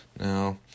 Now